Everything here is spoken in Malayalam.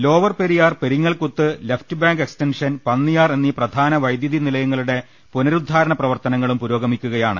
ലോവർപെരിയാർ പെരിങ്ങൽകുത്ത് ലെഫ്റ്റ്ബാങ്ക് എക്സ്റ്റൻഷൻ പന്നിയാർ എന്നീ പ്രധാന വൈദ്യുതി നിലയങ്ങളുടെ പുനരുദ്ധാരണ പ്രവർത്തനങ്ങളും പുരോഗമിക്കുകയാണ്